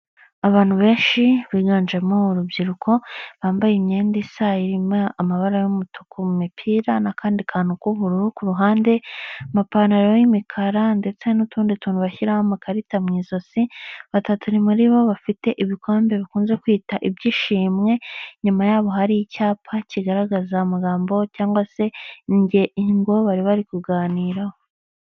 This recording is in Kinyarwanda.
Abantu benshi biganjemo urubyiruko bambaye imyenda isa. irimo amabara y’umutuku mu mipira n’akandi kantu k’ubururu ku ruhande. Amapantaro yabo ni amakaraza, ndetse bashyizeho udukarita mu ijosi. Batatu muri bo bafite ibikombe bikunze kwitwa ishimwe. Nyuma yaho, hari icyapa kigaragaza amagambo cyangwa se ingingo bari barikuganiraho.